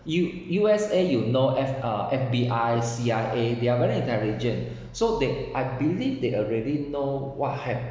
U~ U_S_A you know F~ uh F_B_I C_I_A they're very intelligent so they I believe they already know what ha~